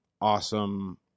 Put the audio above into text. awesome